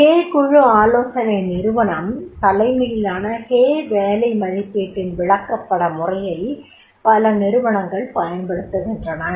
ஹே குழு ஆலோசனை நிறுவனம் தலைமையிலான ஹே வேலை மதிப்பீட்டின் விளக்கப்பட முறையை பல நிறுவனங்கள் பயன்படுத்துகின்றன